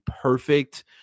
perfect